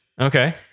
Okay